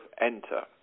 enter